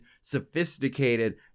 sophisticated